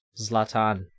Zlatan